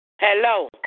Hello